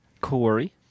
Corey